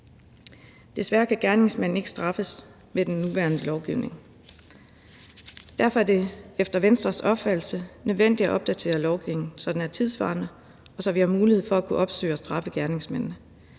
Desværre kan gerningsmanden ikke straffes med den nuværende lovgivning. Derfor er det efter Venstres opfattelse nødvendigt at opdatere lovgivningen, så den er tidssvarende, og så vi har mulighed for at kunne opsøge og straffe gerningsmanden.